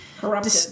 corrupted